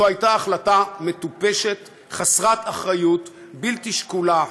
זו הייתה החלטה מטופשת, חסרת אחריות, בלתי שקולה.